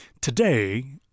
today